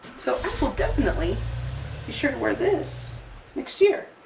so i will definitely be sure to wear this next year!